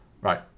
right